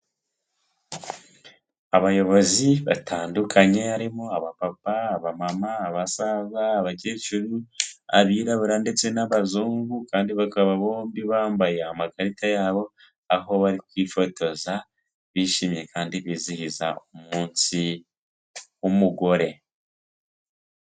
Abayobozi batandukanye harimo abapapa, abamama, abasaza, abakecuru, abirabura ndetse n'abazungu kandi bakaba bombi bambaye amakarita yabo, aho bari kwifotoza bishimye kandi bizihiza umunsi w'umugore.